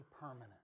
permanent